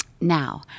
Now